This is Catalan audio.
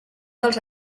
dels